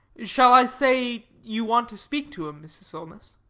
shall i say you want to speak to him, mrs. solness?